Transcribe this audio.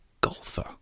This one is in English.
golfer